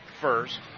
first